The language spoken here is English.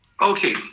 Okay